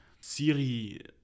siri